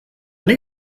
nik